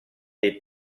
dei